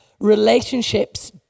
relationships